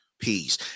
peace